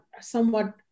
somewhat